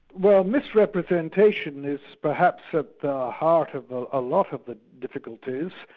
well misrepresentation is perhaps at the heart of a lot of the difficulties,